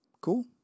Cool